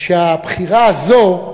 שהבחירה הזו: